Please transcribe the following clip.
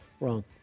wrong